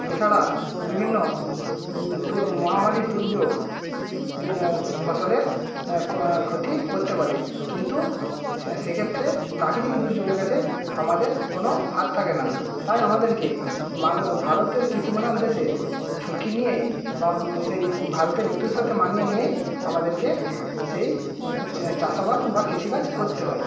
এছাড়া বিভিন্ন মহামারীর দুর্যোগ ফসলের ক্ষতি করতে পারে কিন্তু সেক্ষেত্রে প্রাকৃতিক দুর্যোগের কাছে আমাদের কোন হাত থাকেনা তাই আমাদেরকে ভারতের কৃষিপ্রধান দেশে ঝুঁকি নিয়েই বা সেই ভারতের ঋতুর সাথে মানিয়ে নিয়েই আমাদেরকে সেই চাষাবাদ বা কৃষিকাজ করতে হয়